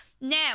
Now